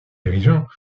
dirigeants